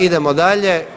Idemo dalje.